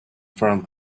from